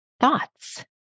thoughts